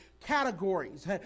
categories